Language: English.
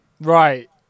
right